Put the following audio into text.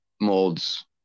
molds